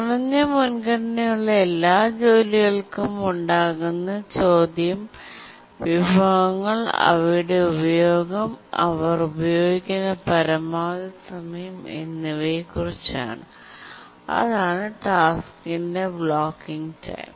കുറഞ്ഞ മുൻഗണനയുള്ള എല്ലാ ജോലികൾക്കും ഉണ്ടാകുന്ന ചോദ്യം വിഭവങ്ങൾ അവയുടെ ഉപയോഗം അവർ ഉപയോഗിക്കുന്ന പരമാവധി സമയം എന്നിവയെക്കുറിച്ചാണ് അതാണ് ടാസ്ക്കിനെ ബ്ലോക്കിങ് ടൈം